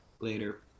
later